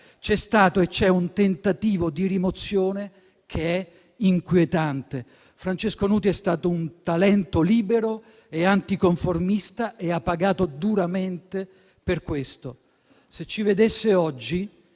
C'è stato e c'è un tentativo di rimozione che è inquietante. Francesco Nuti è stato un talento libero e anticonformista e ha pagato duramente per questo. Se ci vedesse oggi,